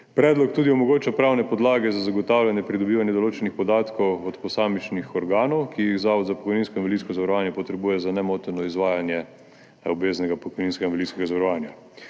Predlog tudi omogoča pravne podlage za zagotavljanje pridobivanja določenih podatkov od posamičnih organov, ki jih Zavod za pokojninsko in invalidsko zavarovanje potrebuje za nemoteno izvajanje obveznega pokojninskega invalidskega zavarovanja.